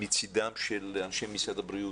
מצידם של אנשי משרד הבריאות,